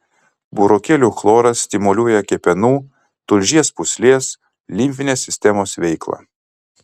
burokėlių chloras stimuliuoja kepenų tulžies pūslės limfinės sistemos veiklą